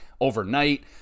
overnight